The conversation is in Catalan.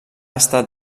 estat